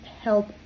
help